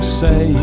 say